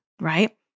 right